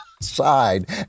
side